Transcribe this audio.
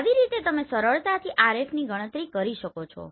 આવી રીતે તમે સરળતાથી RFની ગણતરી કરી શકો છો